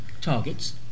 targets